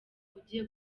ugiye